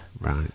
right